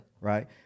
right